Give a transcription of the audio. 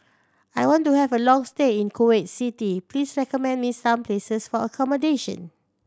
I want to have a long stay in Kuwait City please recommend me some places for accommodation